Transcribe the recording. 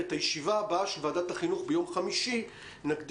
את הישיבה הבאה של ועדת החינוך ביום חמישי נקדיש